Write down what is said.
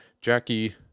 Jackie